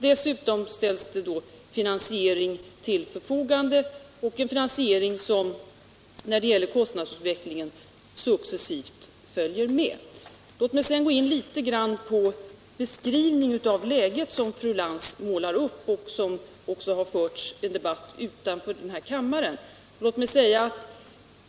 Dessutom ställs finansiering till förfogande — en finansiering som successivt följer med när det gäller kostnadsutvecklingen. Låt mig sedan gå in litet på fru Lantz beskrivning av läget — om vilket också har förts en debatt utanför den här kammaren.